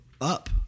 up